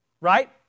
right